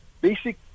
basic